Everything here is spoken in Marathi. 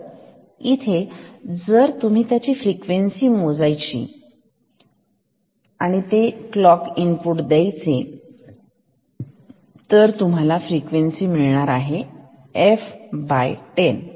तर इथे जर तुम्ही ज्याची फ्रिक्वेन्सी मोजायची आहे ते क्लॉक इनपुट दिले तर आउटपुट येणार f10